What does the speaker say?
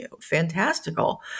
fantastical